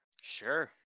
Sure